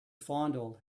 fondled